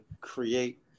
create